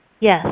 Yes